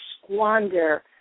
squander